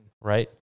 Right